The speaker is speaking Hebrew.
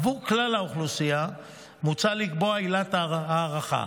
עבור כלל האוכלוסייה מוצע לקבוע עילת הארכה,